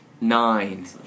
nine